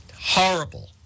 horrible